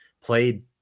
played